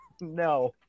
no